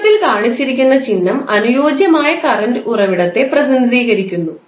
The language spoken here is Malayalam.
ചിത്രത്തിൽ കാണിച്ചിരിക്കുന്ന ചിഹ്നം അനുയോജ്യമായ കറൻറ് ഉറവിടത്തെ പ്രതിനിധീകരിക്കുന്നു